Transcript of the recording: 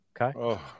okay